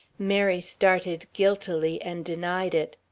mary started guiltily and denied it.